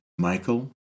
Michael